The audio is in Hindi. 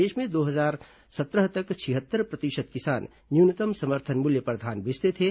प्रदेश में वर्ष दो हजार सत्रह तक छिहत्तर प्रतिशत किसान न्यूनतम समर्थन मूल्य पर धान बेचते थे